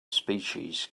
species